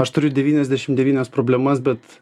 aš turiu devyniasdešim devynias problemas bet